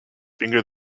finger